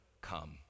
come